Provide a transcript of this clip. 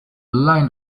line